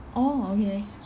orh okay